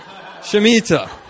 Shemitah